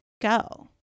go